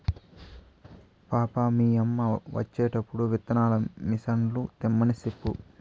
పాపా, మీ యమ్మ వచ్చేటప్పుడు విత్తనాల మిసన్లు తెమ్మని సెప్పు